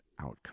outcome